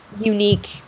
unique